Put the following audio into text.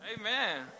Amen